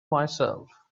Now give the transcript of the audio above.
myself